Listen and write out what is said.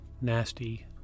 nasty